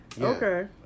Okay